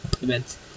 events